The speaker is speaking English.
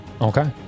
Okay